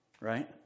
right